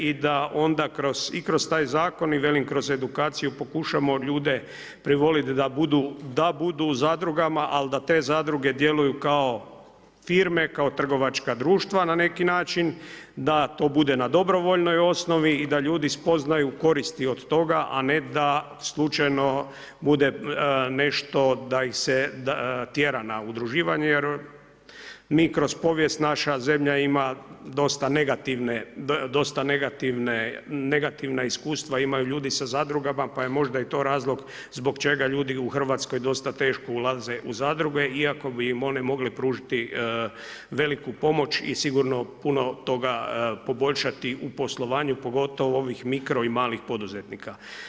I da onda kroz i kroz taj zakon i velim kroz edukaciju pokušamo ljude privolit da budu, da budu u zadrugama al da te zadruge djeluju kao firme, kao trgovačka društva na neki način, da to bude dobrovoljnoj osnovi i da ljudi spoznaju koristi od toga, a ne da slučajno bude nešto da ih se tjera na udruživanje, jer mi kroz povijest naša zemlja ima dosta negativne, dosta negativne, negativna iskustva imaju ljudi sa zadrugama pa je možda i to razlog zbog čega ljudi u Hrvatskoj dosta teško ulaze u zadruge iako bi im one mogle pružiti veliku pomoć i sigurno puno toga poboljšati u poslovanju, pogotovo ovih mikro i malih poduzetnika.